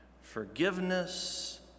Forgiveness